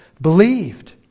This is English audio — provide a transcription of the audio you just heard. believed